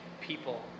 people